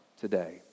today